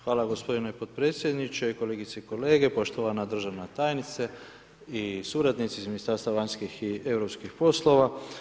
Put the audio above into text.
Hvala gospodine potpredsjedniče, kolegice i kolege, poštovana državna tajnice i suradnici iz Ministarstva vanjskih i europskih poslova.